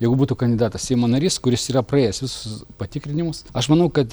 jeigu būtų kandidatas seimo narys kuris yra praėjęs visus patikrinimus aš manau kad